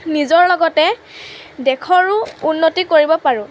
নিজৰ লগতে দেশৰো উন্নতি কৰিব পাৰোঁ